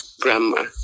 grandma